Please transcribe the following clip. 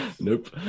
Nope